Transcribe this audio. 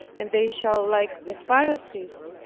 and they shall, like the pharisees,